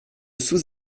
sous